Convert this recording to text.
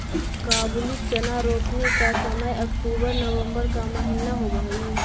काबुली चना रोपने का समय अक्टूबर नवंबर का महीना होवअ हई